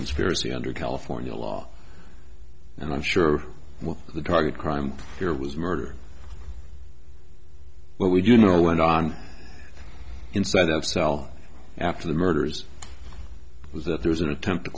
conspiracy under california law and i'm sure what the target crime here was murder what would you know went on inside of cell after the murders was that there was an attempt to